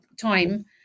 time